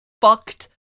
fucked